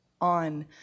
on